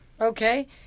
Okay